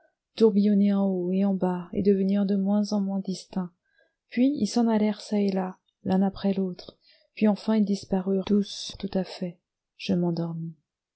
en haut et en bas et devenir de moins en moins distincts puis ils s'en allèrent çà et là l'un après l'autre puis enfin ils disparurent tous tout à fait je m'endormis